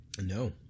No